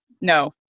No